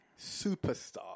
superstar